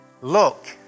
look